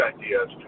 ideas